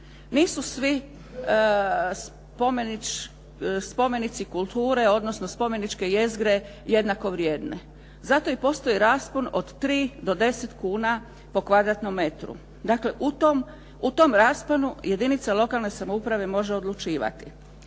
Nisu svi spomenici kulture, odnosno spomeničke jezgre jednako vrijedne. Zato i postoji raspon od 3 do 10 kuna po kvadratnom metru, dakle, u tom rasponu, jedinica lokalne samouprave može odlučivati.